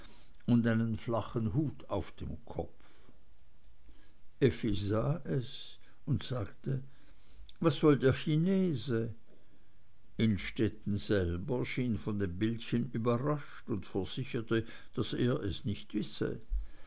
und einen flachen hut auf dem kopf effi sah es und sagte was soll der chinese innstetten selbst schien von dem bildchen überrascht und versicherte daß er es nicht wisse